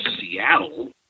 Seattle